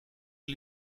een